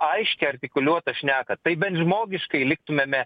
aiškią artikuliuotą šneką tai bent žmogiškai liktumėme